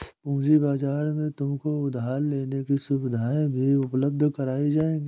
पूँजी बाजार में तुमको उधार लेने की सुविधाएं भी उपलब्ध कराई जाएंगी